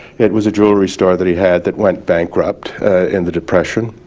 it was a jewelry store that he had that went bankrupt in the depression.